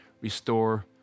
restore